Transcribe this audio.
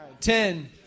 Ten